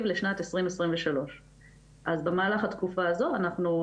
לשנת 2023. אז במהלך התקופה הזאת אנחנו,